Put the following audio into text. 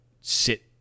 sit